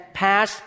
pass